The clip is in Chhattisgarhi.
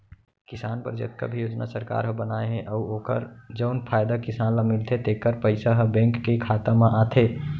किसान बर जतका भी योजना सरकार ह बनाए हे अउ ओकर जउन फायदा किसान ल मिलथे तेकर पइसा ह बेंक के खाता म आथे